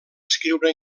escriure